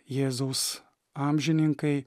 jėzaus amžininkai